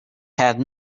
had